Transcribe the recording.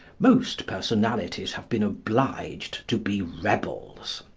most personalities have been obliged to be rebels.